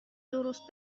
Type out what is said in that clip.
درست